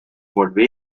volví